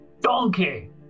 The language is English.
Donkey